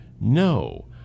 No